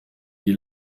die